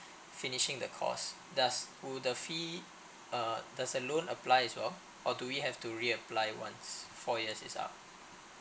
finishing the course does will the fee uh does a loan applies as well or do we have to reapply once for A_S_A_R